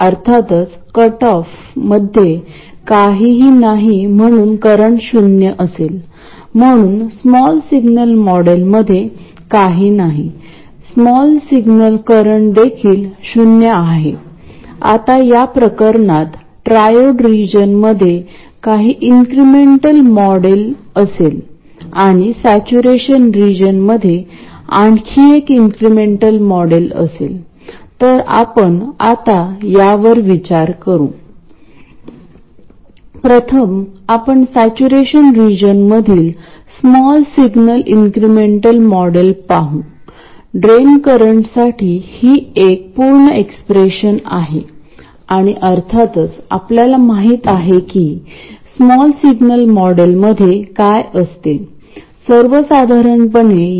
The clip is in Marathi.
तर आपल्याला जे करायचे आहे ते म्हणजे कॉमन सोर्स ऍम्प्लिफायरच्या छोट्या सिग्नल आकृतीत ड्रेन फीडबॅक वेरी करणे आणि असे सर्किट मिळवणे जे इन्क्रिमेंटल स्मॉल सिग्नल आकृतीत कॉमन सोर्स ऍम्प्लिफायर सारखे वर्तन करते परंतु त्याचे बायसिंग फीडबॅक वर आधारित आहे